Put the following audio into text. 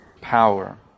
power